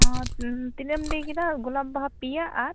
ᱟᱨ ᱛᱤᱱᱟᱹᱜ ᱮᱢ ᱞᱟᱹᱭ ᱠᱮᱫᱟ ᱜᱳᱞᱟᱯ ᱵᱟᱦᱟ ᱯᱮᱭᱟ ᱟᱨ